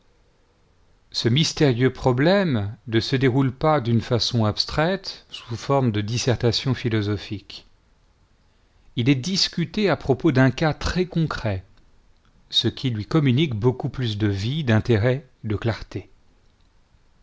ce mystérieux problème ne se déroule pas d'une façon abstraite sous forme de dissertation philosophique il est discuté à propos d'un cas très concret ce qui lui communique beaucoup plus de vie d'intérêt de clarté